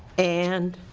and